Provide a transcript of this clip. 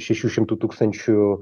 šešių šimtų tūkstančių